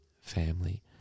family